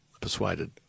persuaded